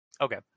Okay